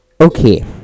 okay